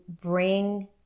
bring